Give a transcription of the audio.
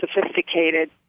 sophisticated